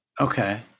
Okay